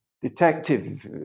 detective